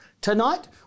Tonight